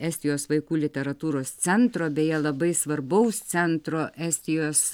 estijos vaikų literatūros centro beje labai svarbaus centro estijos